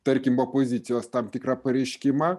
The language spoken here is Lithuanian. tarkim opozicijos tam tikrą pareiškimą